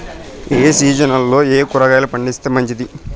ఏ సీజన్లలో ఏయే కూరగాయలు పండిస్తే మంచిది